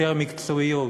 יותר מקצועיות,